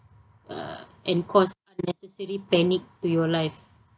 uh and cause unnecessary panic to your life